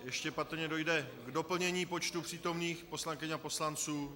Ještě patrně dojde k doplnění počtu přítomných poslankyň a poslanců...